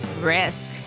risk